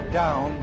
down